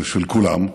של כולם,